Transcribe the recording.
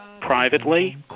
privately